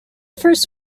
first